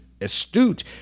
astute